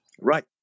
Right